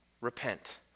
Repent